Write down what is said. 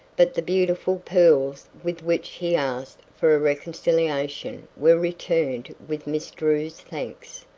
but the beautiful pearls with which he asked for a reconciliation were returned with miss drew's thanks.